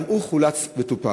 גם הוא חולץ וטופל.